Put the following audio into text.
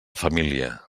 família